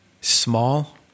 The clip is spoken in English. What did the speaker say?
small